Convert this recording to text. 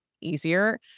easier